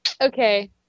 okay